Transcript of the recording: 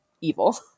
evil